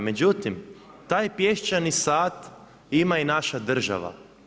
Međutim, taj pješčani sat ima i naša država.